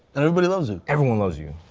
and everybody loves you. everyone loves you.